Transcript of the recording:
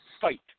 fight